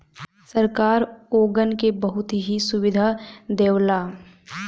सरकार ओगन के बहुत सी सुविधा देवला